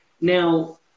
Now